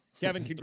kevin